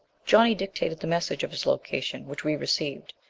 johnny dictated the message of his location which we received.